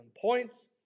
points